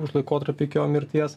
už laikotarpį iki jo mirties